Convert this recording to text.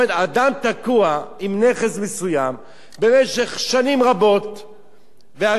אדם תקוע עם נכס מסוים במשך שנים רבות והריבית